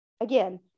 Again